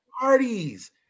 parties